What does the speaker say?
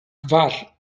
kvar